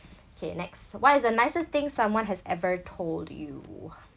okay next what is the nicest thing someone has ever told you